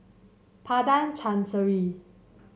Padang Chancery